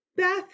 Beth